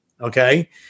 okay